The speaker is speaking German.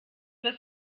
was